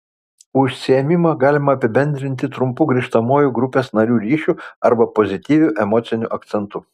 užsiėmimą galima apibendrinti trumpu grįžtamuoju grupės narių ryšiu arba pozityviu emociniu akcentu